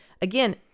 again